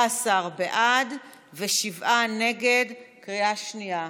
בעד ושבעה נגד בקריאה שנייה.